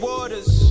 Waters